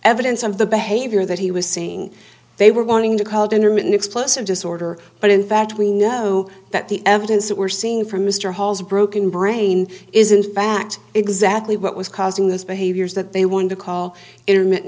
evidence of the behavior that he was saying they were going to called intermittent explosive disorder but in fact we know that the evidence that we're seeing from mr hall's broken brain is in fact exactly what was causing those behaviors that they want to call intermittent